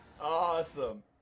Awesome